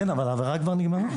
כן, אבל העבירה כבר נגמרה.